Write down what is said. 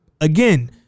again